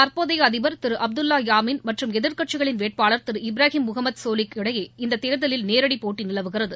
தற்போதைய அதிபா் திரு அப்துல்லா யாமின் மற்றும் எதிர்கட்சிகளின் வேட்பாளா் திரு இப்ராஹிம் முகமத் சோலிக் இடையே இத்தேர்தலில் நேரடி போட்டி நிலவுகிறது